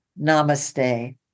Namaste